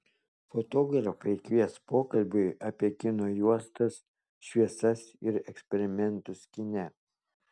fotografai kvies pokalbiui apie kino juostas šviesas ir eksperimentus kine